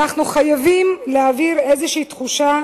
אנחנו חייבים להעביר איזושהי תחושה